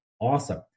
awesome